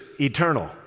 eternal